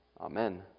Amen